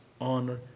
honor